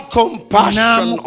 compassion